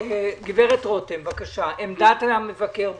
הגב' רותם, בבקשה, עמדת המבקר.